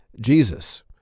Jesus